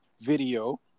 video